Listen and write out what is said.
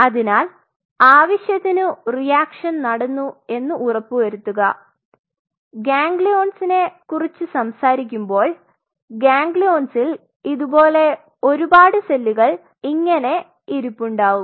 അതിനാൽ ആവശ്യത്തിനു റിയാക്ഷൻ നടന്നു എന്ന് ഉറപ്പുവരുത്തുക ഗാംഗ്ലിയോൺസിനെ കുറിച് സംസാരിക്കുമ്പോൾ ഗാംഗ്ലിയോൺസിൽ ഇതുപോലെ ഒരുപാട് സെല്ലുകൾ ഇങ്ങനെ ഇരിപ്പുണ്ടാവും